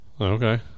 Okay